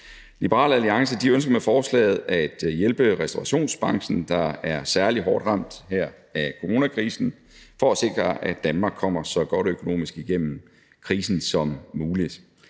Liberal Alliance ønsker med forslaget at hjælpe restaurationsbranchen, der er særlig hårdt ramt af coronakrisen, for at sikre, at Danmark kommer så godt økonomisk igennem krisen som muligt.